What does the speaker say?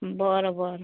बरं बरं